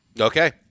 Okay